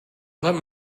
let